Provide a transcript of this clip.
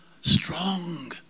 Strong